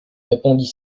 répondit